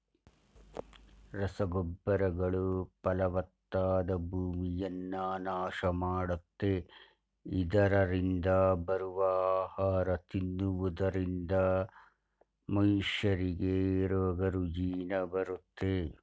ರಸಗೊಬ್ಬರಗಳು ಫಲವತ್ತಾದ ಭೂಮಿಯನ್ನ ನಾಶ ಮಾಡುತ್ತೆ, ಇದರರಿಂದ ಬರುವ ಆಹಾರ ತಿನ್ನುವುದರಿಂದ ಮನುಷ್ಯರಿಗೆ ರೋಗ ರುಜಿನ ಬರುತ್ತೆ